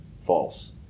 false